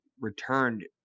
returned